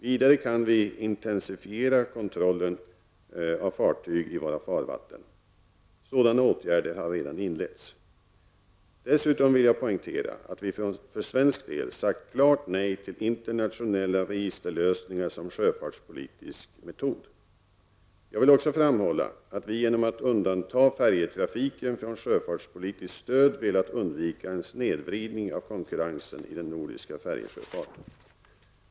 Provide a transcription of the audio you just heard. Vidare kan vi intensifiera kontrollen av fartyg i våra farvatten. Sådana åtgärder har redan inletts. Dessutom vill jag poängtera att vi för svensk del sagt klart nej till internationella registerlösningar som sjöfartspolitisk metod. Jag vill också framhålla att vi genom att undanta färjetrafiken från sjöfartspolitiskt stöd velat undvika en snedvridning av konkurrensen i den nordiska färjesjöfarten.